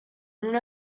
una